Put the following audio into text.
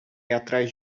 atrás